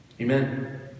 Amen